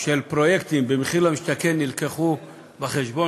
של פרויקטים במחיר למשתכן הובאו בחשבון